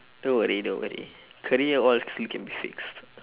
don't worry don't worry career all still can be fixed